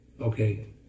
Okay